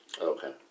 Okay